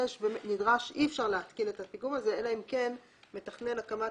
אי אפשר להתקין את המתקן הזה אלא אם כן מתכנן הקמת